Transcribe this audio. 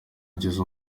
agize